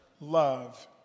love